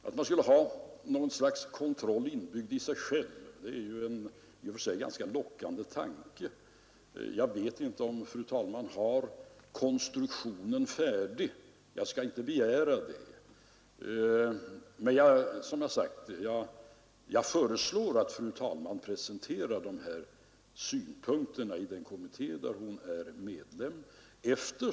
Att man skulle ha något slags kontroll inbyggd i sig själv är i och för sig en lockande tanke. Jag vet inte om fru talmannen har konstruktionen färdig. Jag skall inte begära det. Jag föreslår som sagt att fru talmannen presenterar de här synpunkterna i den kommitté där hon är medlem.